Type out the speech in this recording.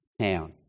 town